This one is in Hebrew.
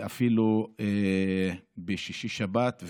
ואפילו בשישי-שבת,